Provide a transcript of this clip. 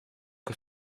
que